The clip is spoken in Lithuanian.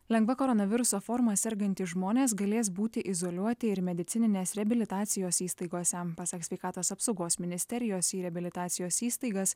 lengva koronaviruso forma sergantys žmonės galės būti izoliuoti ir medicininės reabilitacijos įstaigose pasak sveikatos apsaugos ministerijos į reabilitacijos įstaigas